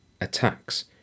attacks